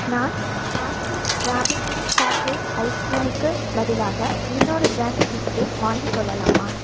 நான் Baskin Robbins chocolate ஐஸ்கிரீமுக்கு பதிலாக இன்னொரு பிராண்ட் பிஸ்கட் வாங்கிக் கொள்ளலாமா